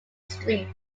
streets